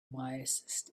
wisest